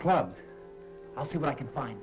clubs i'll see what i can find